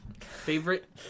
Favorite